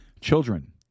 Children